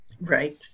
right